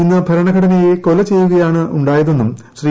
ഇന്ന് ഭരണഘടനയെ കൊലചെയ്യുകയാണുണ്ടാടുയതെന്നും ശ്രീ